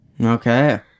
Okay